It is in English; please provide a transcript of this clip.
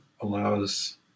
allows